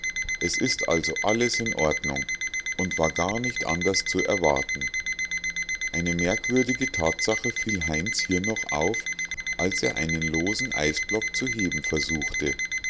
es ist also alles in ordnung und war gar nicht anders zu erwarten eine merkwürdige tatsache fiel heinz hier noch auf als er einen losen eisblock zu heben versuchte